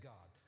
God